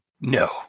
No